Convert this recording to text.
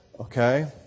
Okay